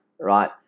right